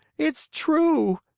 it's true!